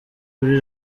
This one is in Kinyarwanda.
kuri